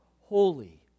holy